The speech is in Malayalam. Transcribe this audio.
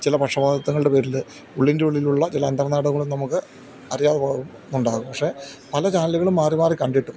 ചില പക്ഷപാതിത്തങ്ങളുടെ പേരിൽ ഉള്ളിൻ്റെ ഉള്ളിലുള്ള ചില അന്തർനാടകങ്ങളും നമുക്ക് അറിയാതെ പോകും ന്നുണ്ടാകും പക്ഷെ പല ചാനലുകളും മാറി മാറി കണ്ടിട്ടും